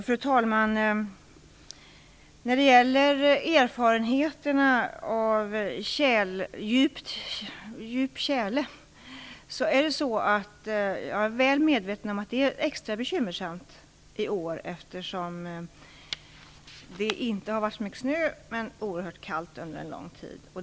Fru talman! Jag är väl medveten om att det är extra bekymmersamt med djup tjäle i år, eftersom det inte har varit så mycket snö men oerhört kallt under en lång tid.